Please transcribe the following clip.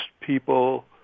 people